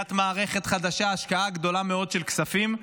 בניית מערכת חדשה, השקעה גדולה מאוד של כספים.